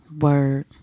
Word